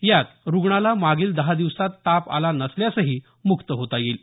यात रुग्णाला मागील दहा दिवसांत ताप आला नसल्यासही मुक्त होता येईल